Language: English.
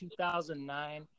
2009